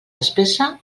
despesa